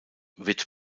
wird